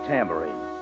Tambourine